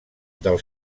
del